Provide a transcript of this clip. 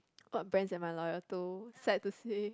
what brands am I loyal to sad to say